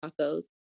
tacos